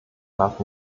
darf